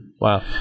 Wow